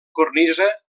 cornisa